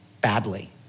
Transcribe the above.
badly